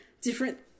different